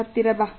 ಹತ್ತಿರ ಬಾ